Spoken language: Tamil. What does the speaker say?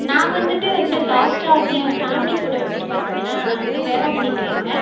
நான் வந்துட்டு வந்து லாஸ்ட்டாக வந் என் ஃபேமிலி கூட வந்துட்டு பார்த்தீங்கன்னா நான் வந்து வேளாங்கண்ணி போயிருந்தேன்